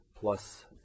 plus